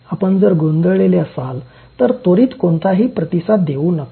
आपण जर गोंधळलेले असाल तर त्वरीत कोणताही प्रतिसाद देऊ नका